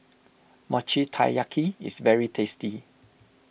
Mochi Taiyaki is very tasty